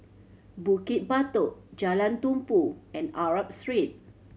Bukit Batok Jalan Tumpu and Arab Street